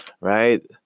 right